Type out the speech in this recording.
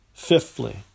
Fifthly